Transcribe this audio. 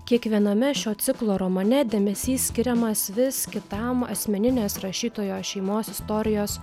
kiekviename šio ciklo romane dėmesys skiriamas vis kitam asmeninės rašytojo šeimos istorijos